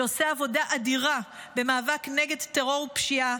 שעושה עבודה אדירה במאבק נגד טרור פשיעה,